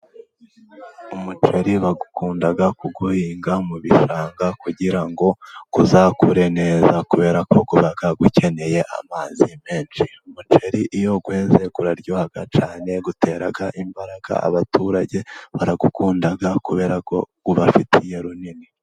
Umuceri bagukunda kuguhinga mu bishanga kugira ngo uzakure neza, kubera ko uba ukeneye amazi menshi. Umuceri iyo weze uraryoha cyane, utera imbaraga, abaturage baragukunda kubera ko ubafitiye runini.